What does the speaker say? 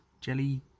jelly